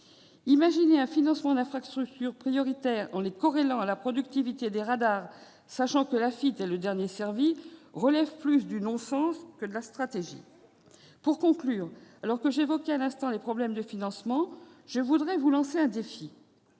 Imaginer un financement d'infrastructures prioritaires en les corrélant à la productivité des radars, sachant que l'Afitf est la dernière servie, relève plus du non-sens que de la stratégie. Pour conclure, alors que j'évoquais à l'instant les problèmes de financement, je voudrais vous lancer un défi,